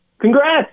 Congrats